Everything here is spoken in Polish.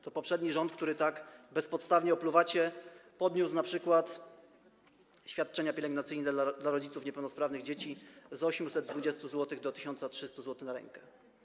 To poprzedni rząd, który tak bezpodstawnie opluwacie, podniósł np. świadczenia pielęgnacyjne dla rodziców niepełnosprawnych dzieci z 820 zł do 1300 zł na rękę.